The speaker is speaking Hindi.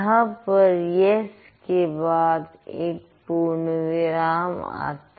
यहां पर यस के बाद एक पूर्णविराम आता है